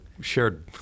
shared